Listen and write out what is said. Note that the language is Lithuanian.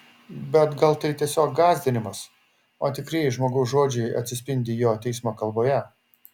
bet gal tai tiesiog gąsdinimas o tikrieji žmogaus žodžiai atsispindi jo teismo kalboje